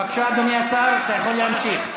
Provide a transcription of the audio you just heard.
בבקשה, אדוני השר, אתה יכול להמשיך.